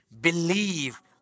Believe